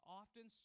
often